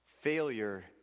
failure